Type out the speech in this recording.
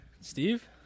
Steve